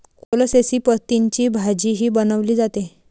कोलोसेसी पतींची भाजीही बनवली जाते